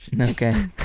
Okay